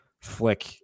flick